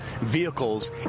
vehicles